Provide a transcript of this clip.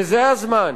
וזה הזמן